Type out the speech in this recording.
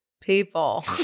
people